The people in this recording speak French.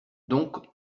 donc